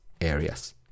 areas